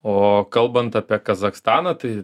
o kalbant apie kazachstaną tai